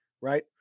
right